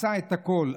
עשה את הכול,